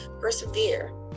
Persevere